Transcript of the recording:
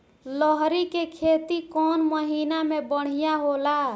लहरी के खेती कौन महीना में बढ़िया होला?